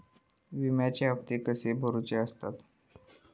विम्याचे हप्ते कसे भरुचे असतत?